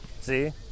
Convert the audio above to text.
See